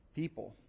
people